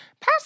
Pass